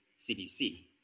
CBC